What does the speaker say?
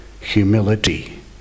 Humility